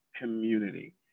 community